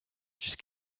just